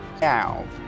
Now